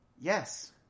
Yes